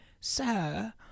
Sir